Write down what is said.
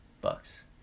Bucks